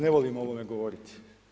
Ne volim o ovome govoriti.